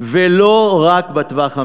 ולא רק בטווח המיידי.